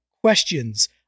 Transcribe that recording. questions